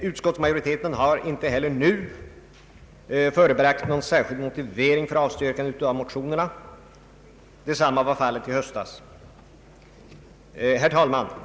Utskottsmajoriteten har inte heller nu förebragt någon särskild motivering för avstyrkandet av motionerna; detsamma var fallet i höstas. Herr talman!